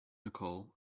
nicole